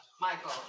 michael